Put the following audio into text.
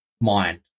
mind